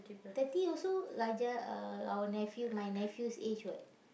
thirty also like our uh our nephew my nephew's age [what]